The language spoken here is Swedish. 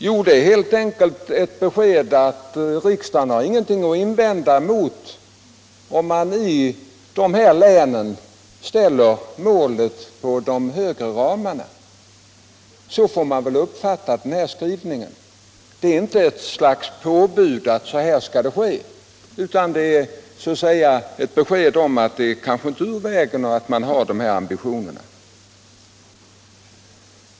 Jo, det är helt enkelt ett besked om att utskottet ingenting har att invända emot att man i de här länen ställer målet enligt de högre ramarna. Så måste man väl uppfatta den här skrivningen. Det är inte något slags påbud om att så här skall det vara, utan det är ett besked om att det kanske inte är ur vägen att man har dessa ambitioner.